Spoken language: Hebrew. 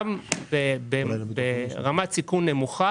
גם ברמת סיכון נמוכה